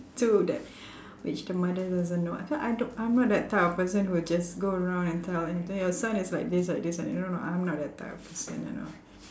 to that which the mother doesn't know so I don't I'm not that type of person who'll just go around and tell anything your son is like this like this like you know or not I'm not that type of person you know